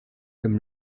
comme